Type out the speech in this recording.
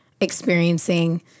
experiencing